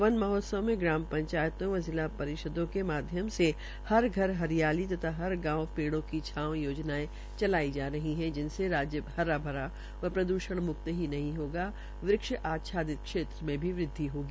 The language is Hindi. वन महोत्स्व में ग्राम पंचायतों व जिला परिष्दों के माध्यम से हर घर हरियाली तथा हर गांव पेडों की छांव योजनायें चलाई जा रही है जिनसे राज्य हरा भरा व प्रद्वषण मुक्त ही नहीं होगा वृद्वा आवछादित क्षेत्र में भी वृद्वि होगी